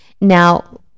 Now